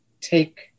take